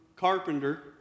carpenter